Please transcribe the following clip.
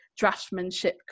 draftsmanship